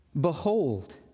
Behold